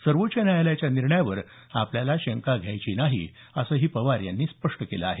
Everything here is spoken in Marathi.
सर्वोच्च न्यायालयाच्या निर्णयावर आपल्याला शंका घ्यायची नाही असंही पवार यांनी स्पष्ट केल आहे